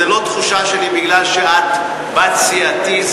זה לא תחושה שלי בגלל שאת בת סיעתי.